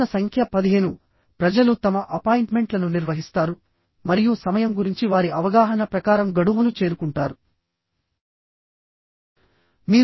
ప్రశ్న సంఖ్య 15 ప్రజలు తమ అపాయింట్మెంట్లను నిర్వహిస్తారు మరియు సమయం గురించి వారి అవగాహన ప్రకారం గడువును చేరుకుంటారు